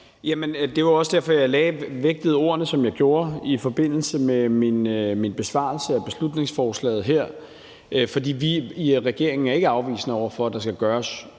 det var også derfor, jeg vægtede ordene, som jeg gjorde, i forbindelse med min besvarelse af beslutningsforslaget her, for vi er i regeringen ikke afvisende over for, at der skal gøres